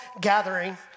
gathering